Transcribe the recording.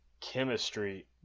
chemistry